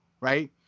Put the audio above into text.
right